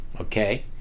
okay